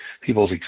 people's